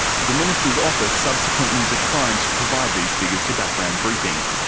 the minister's office subsequently declined to provide these figures to background briefing.